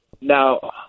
now